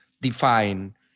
define